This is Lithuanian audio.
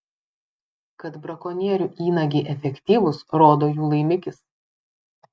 kad brakonierių įnagiai efektyvūs rodo jų laimikis